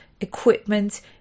equipment